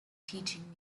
teaching